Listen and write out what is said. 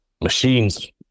machines